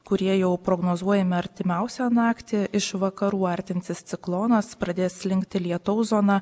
kurie jau prognozuojami artimiausią naktį iš vakarų artinsis ciklonas pradės slinkti lietaus zona